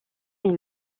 est